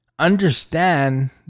understand